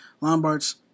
Lombard's